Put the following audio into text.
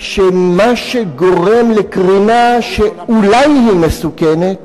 שמה שגורם לקרינה שאולי היא מסוכנת